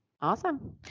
Awesome